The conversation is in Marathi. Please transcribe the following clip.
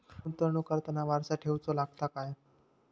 गुंतवणूक करताना वारसा ठेवचो लागता काय?